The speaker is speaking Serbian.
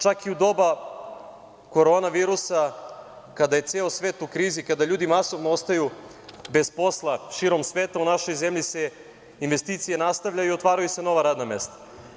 Čak i u doba korona virusa, kada je ceo svet u krizi, kada ljudi masovno ostaju bez posla širom sveta, u našoj zemlji se investicije nastavljaju i otvaraju se nova radna mesta.